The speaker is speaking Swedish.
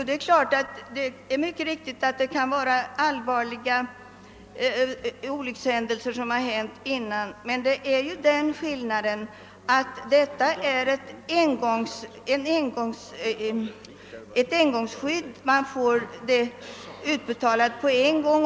Herr talman! Det är mycket riktigt att allvarliga olyckor kan ha inträffat tidigare. Men skillnaden är att detta är ett engångsskydd; man får ersättningen utbetald på en gång.